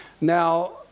Now